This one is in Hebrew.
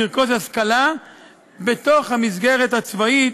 לרכוש השכלה בתוך המסגרת הצבאית,